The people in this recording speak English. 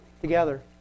together